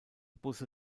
busse